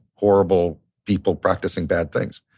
horrible people practicing bad things.